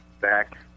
back